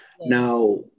Now